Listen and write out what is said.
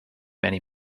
many